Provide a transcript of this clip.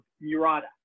Murata